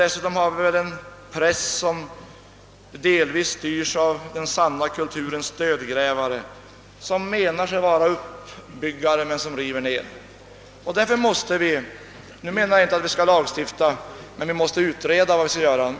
Dessutom har vi väl en press som delvis styrs av den sanna kulturens dödgrävare, en press som menar sig vara uppbyggare men som river ner. Jag menar inte att vi skall lagstifta men vi måste utreda vad vi skall göra.